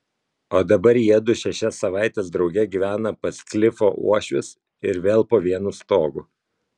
o dabar jiedu šešias savaites drauge gyvena pas klifo uošvius ir vėl po vienu stogu